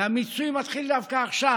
והמיצוי מתחיל דווקא עכשיו,